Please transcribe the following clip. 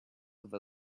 over